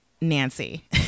Nancy